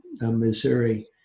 Missouri